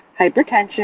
hypertension